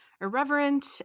irreverent